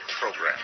program